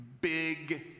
big